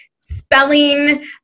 spelling